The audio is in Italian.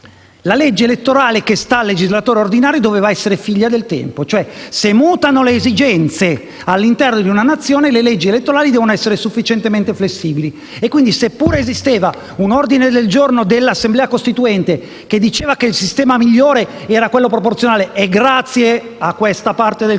la legge elettorale che sta al legislatore ordinario doveva essere figlia del tempo, e cioè, se mutano le esigenze all'interno di una Nazione le leggi elettorali devono essere sufficientemente flessibili. Quindi, anche se un ordine del giorno dell'Assemblea costituente diceva che il sistema migliore era quello proporzionale (e lo credo bene che è